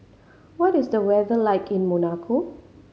what is the weather like in Monaco